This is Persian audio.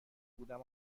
بودم